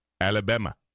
Alabama